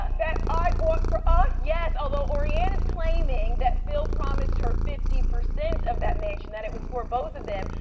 ah that i bought for us. yes. although orianne is claiming that phil promised her fifty percent of that mansion, that it was for both of them.